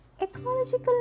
ecological